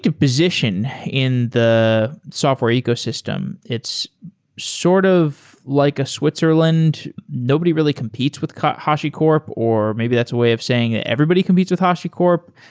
position in the software ecosystem. it's sort of like a switzerland. nobody really competes with hashicorp, or maybe that's a way of saying everybody competes with hashicorp.